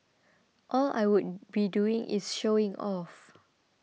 all I would be doing is showing off